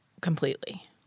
completely